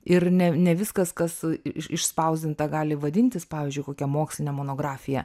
ir ne ne viskas kas išspausdinta gali vadintis pavyzdžiui kokia moksline monografija